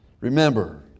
Remember